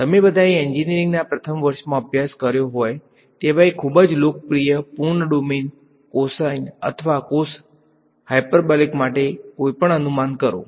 તમે બધાએ એન્જિનિયરિંગના પ્રથમ વર્ષમાં અભ્યાસ કર્યો હોય તેવા એક ખૂબ જ લોકપ્રિય પૂર્ણ ડોમેન cos અથવા cosh માટે કોઈપણ અનુમાન કરો